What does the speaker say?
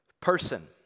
person